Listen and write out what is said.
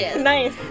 Nice